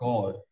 God